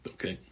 Okay